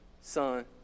son